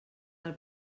del